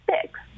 six